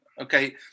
Okay